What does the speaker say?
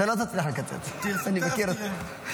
אתה לא תצליח לקצץ, אני מכיר אותך.